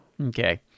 Okay